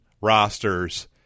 rosters